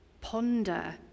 ponder